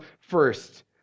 first